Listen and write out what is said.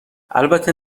البته